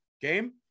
game